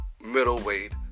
middleweight